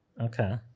Okay